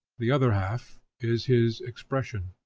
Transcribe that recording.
the other half is his expression.